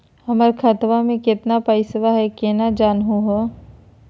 हमर खतवा मे केतना पैसवा हई, केना जानहु हो?